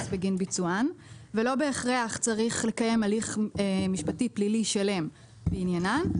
בגין ביצוען ולא בהכרח צריך לקיים הליך משפטי פלילי שלם בעניינם.